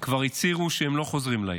כבר הצהירו שהם לא חוזרים לעיר.